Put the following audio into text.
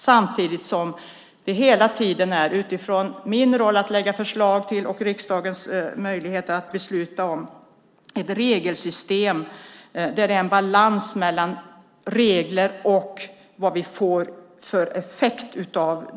Samtidigt är det min roll att lägga fram förslag och för riksdagen att besluta om ett regelsystem där det är balans mellan regler och vad vi får för effekt.